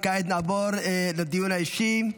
כעת נעבור לדיון האישי.